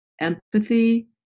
empathy